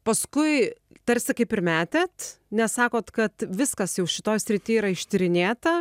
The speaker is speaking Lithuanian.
paskui tarsi kaip ir metėt nes sakot kad viskas jau šitoj srity yra ištyrinėta